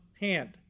hand